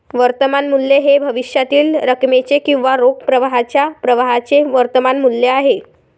वर्तमान मूल्य हे भविष्यातील रकमेचे किंवा रोख प्रवाहाच्या प्रवाहाचे वर्तमान मूल्य आहे